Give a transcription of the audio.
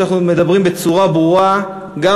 שם את הדברים בצורה ברורה על השולחן מול כל האו"ם,